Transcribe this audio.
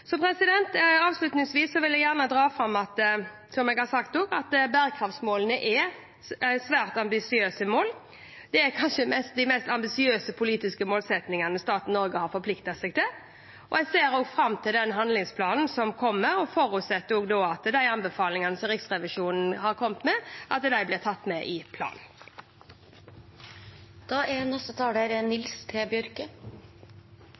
Avslutningsvis vil jeg gjerne dra fram, som jeg har sagt, at bærekraftsmålene er svært ambisiøse mål. Det er kanskje de mest ambisiøse politiske målsettingene staten Norge har forpliktet seg til. Jeg ser fram til den handlingsplanen som kommer, og forutsetter at de anbefalingene som Riksrevisjonen har kommet med, blir tatt med i